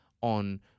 on